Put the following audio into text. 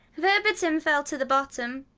verbatim fell to the bottom,